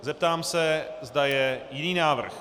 Zeptám se, zda je jiný návrh.